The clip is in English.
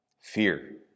Fear